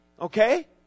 okay